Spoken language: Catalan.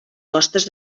costes